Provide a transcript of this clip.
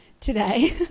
today